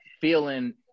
feeling